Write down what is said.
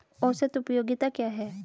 औसत उपयोगिता क्या है?